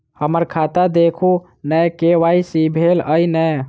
हम्मर खाता देखू नै के.वाई.सी भेल अई नै?